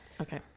okay